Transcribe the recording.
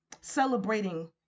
celebrating